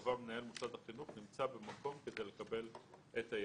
שקבע מנהל מוסד החינוך נמצא במקום כדי לקבל את הילד.